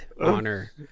Honor